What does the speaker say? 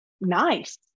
nice